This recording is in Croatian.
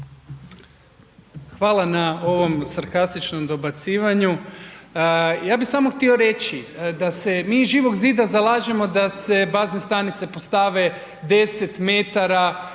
Hvala na ovom sarkastičnom dobacivanju. Ja bi samo htio reći da se mi iz Živog zida zalažemo da se bazne stanice postave 10 metara